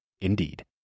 Indeed